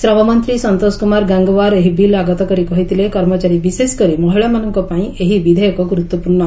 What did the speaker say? ଶ୍ରମମନ୍ତ୍ରୀ ସନ୍ତୋଷ କୁମାର ଗଙ୍ଗ୍ୱାର୍ ଏହି ବିଲ୍ ଆଗତ କରି କହିଥିଲେ କର୍ମଚାରୀ ବିଶେଷକରି ମହିଳାମାନଙ୍କପାଇଁ ଏହି ବିଧେୟକ ଗୁରୁତ୍ୱପୂର୍ଣ୍ଣ